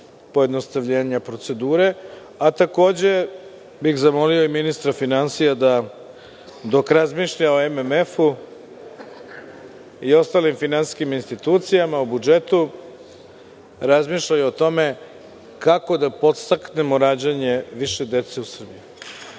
pojednostavljenja procedure. Takođe, bih zamolio i ministra finansija da dok razmišlja o MMF-u i ostalim finansijskim institucijama u budžetu razmišlja i o tome kako da podstaknemo rađanje više dece u Srbiji.